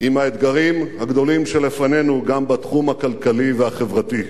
עם האתגרים הגדולים שלפנינו גם בתחום הכלכלי והחברתי.